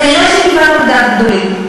כנראה שכיוונו לדעת גדולים: